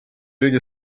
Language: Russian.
люди